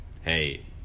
hey